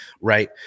right